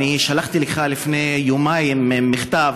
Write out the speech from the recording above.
שלחתי לך לפני יומיים מכתב